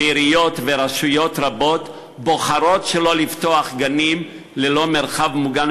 ועיריות ורשויות רבות בוחרות שלא לפתוח גנים ללא מרחב מוגן,